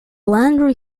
lander